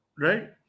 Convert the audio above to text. right